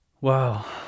wow